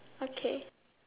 okay